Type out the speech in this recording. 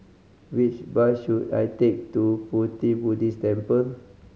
which bus should I take to Pu Ti Buddhist Temple